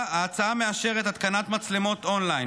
ההצעה מאשרת התקנת מצלמות און-ליין